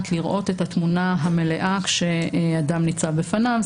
לראות את התמונה המלאה כשאדם ניצב בפניו.